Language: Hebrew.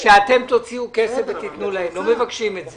שאתם תוציאו כסף ותיתנו להם, לא מבקשים את זה.